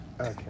Okay